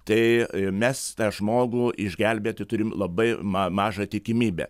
tai mes tą žmogų išgelbėti turim labai ma mažą tikimybę